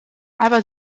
aber